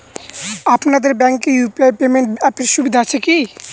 আপনাদের ব্যাঙ্কে UPI payment অ্যাপের সুবিধা আছে কি?